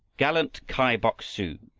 gallant kai bok-su!